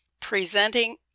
presenting